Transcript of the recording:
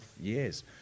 years